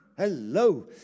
Hello